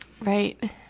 Right